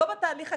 ולא בתהליך הקצה,